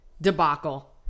debacle